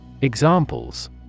Examples